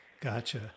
Gotcha